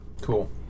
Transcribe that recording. Cool